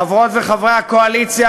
חברות וחברי הקואליציה,